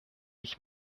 ich